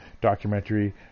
documentary